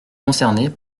concernées